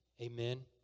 Amen